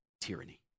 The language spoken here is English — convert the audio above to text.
tyranny